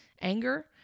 anger